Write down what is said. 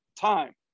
time